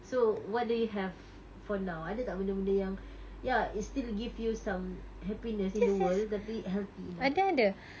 so what do you have for now ada tak benda-benda yang ya it's still give you some happiness in the world tapi healthy lah